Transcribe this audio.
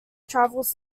travels